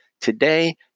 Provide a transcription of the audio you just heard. Today